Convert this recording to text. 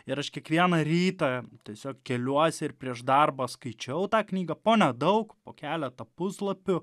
ir aš kiekvieną rytą tiesiog keliuosi ir prieš darbą skaičiau tą knygą po nedaug po keletą puslapių